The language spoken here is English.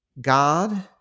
God